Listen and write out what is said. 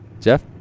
Jeff